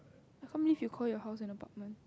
I can't believe you called your house an apartment